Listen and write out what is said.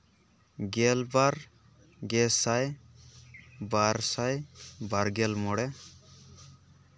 ᱜᱮᱞᱵᱟᱨ ᱜᱮᱥᱟᱭ ᱵᱟᱨᱥᱟᱭ ᱵᱟᱨᱜᱮᱞ ᱢᱚᱬᱮ